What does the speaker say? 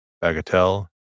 bagatelle